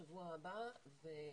בשבוע הבא נשב על זה.